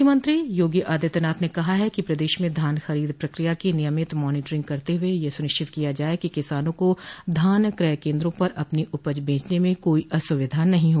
मुख्यमंत्री योगी आदित्यनाथ ने कहा है कि प्रदेश में धान खरीद की प्रक्रिया नियमित मॉनीटरिंग करते हुए यह सुनिश्चित किया जाये कि किसानों को धान क्रय केन्द्रों पर अपनी उपज बेचने में कोई असुविधा नहीं हो